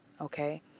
Okay